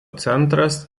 centras